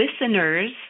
listeners